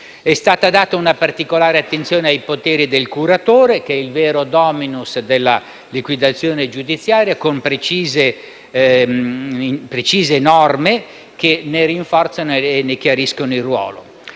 È stata riservata una particolare attenzione ai poteri del curatore, che è il vero *dominus* della liquidazione giudiziaria, con precise norme che ne rinforzano e ne chiariscono il ruolo.